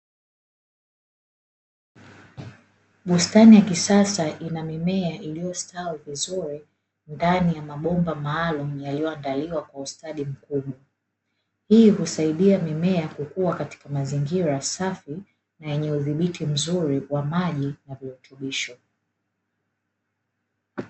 Bustani ya kisasa ina mimea iliyostawi vizuri ndani ya mabomba maalumu, yaliyoandaliwa kwa ustadi mkubwa. Hii husaidia mimea kukua katika mazingira safi na yenye udhibiti mzuri wa maji na virutubisho.